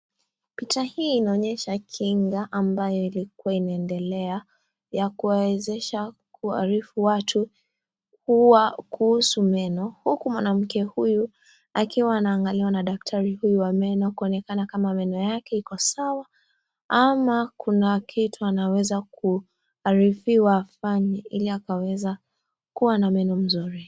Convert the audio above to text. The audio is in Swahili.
Picha hii inaonyesha kinga ambayo ilikuwa inaendelea ya kuwawezesha kuarifu watu kuwa kuhusu meno, huku mwanamke huyu akiwa anaangaliwa na daktari huyu wa meno kuonekana kama meno yake iko sawa ama kuna kitu anaweza kuarifuwa afanye ili akaweza kuwa na meno mzuri.